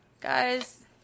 Guys